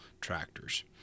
Tractors